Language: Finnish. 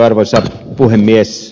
arvoisa puhemies